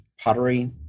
pottery